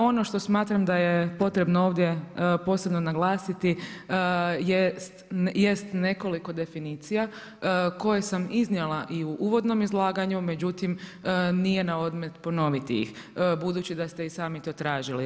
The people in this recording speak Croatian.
Ono što smatram da je potrebno ovdje posebno naglasiti jest nekoliko definicija koje sam iznijela i u uvodnom izlaganju, međutim nije na odmet ponoviti ih budući da ste i sami to tražili.